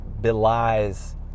belies